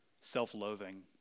self-loathing